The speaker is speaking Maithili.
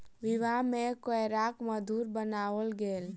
विवाह में केराक मधुर बनाओल गेल